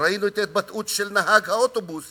ראינו את ההתבטאות של נהג האוטובוס